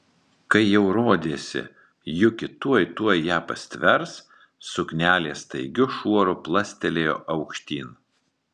kai jau rodėsi juki tuoj tuoj ją pastvers suknelė staigiu šuoru plastelėjo aukštyn